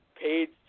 paid